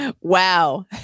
Wow